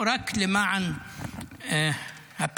רק למען הפיקנטריה,